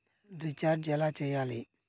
Recharge ఎలా చెయ్యాలి?